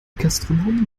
gastronomen